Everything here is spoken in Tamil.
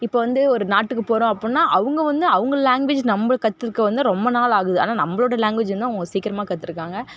இப்போ வந்து ஒரு நாட்டுக்கு போகிறோம் அப்புடின்னா அவங்க வந்து அவங்க லாங்வேஜ் நம்ம கற்றுக்க வந்து ரொம்ப நாள் ஆகுது ஆனால் நம்மளோட லாங்வேஜ் வந்து அவங்க சீக்கிரமா கத்துட்ருக்காங்க